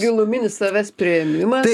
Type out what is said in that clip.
giluminis savęs priėmimas